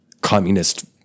communist